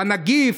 לנגיף,